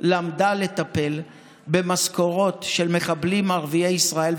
למדה לטפל במשכורות של מחבלים ערביי ישראל,